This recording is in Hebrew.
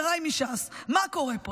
חבריי מש"ס: מה קורה פה?